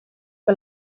que